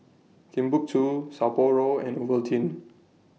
Timbuk two Sapporo and Ovaltine